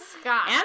Scott